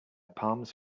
palms